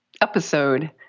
episode